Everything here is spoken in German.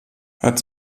hat